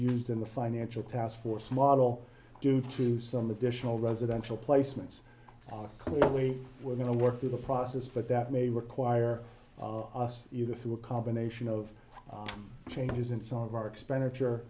used in the financial taskforce model due to some additional residential placements clearly we're going to work through the process but that may require us either through a combination of changes in some of our expenditure